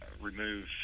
remove